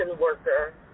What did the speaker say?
worker